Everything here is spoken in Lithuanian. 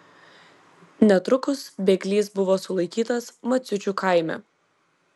netrukus bėglys buvo sulaikytas maciučių kaime